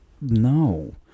no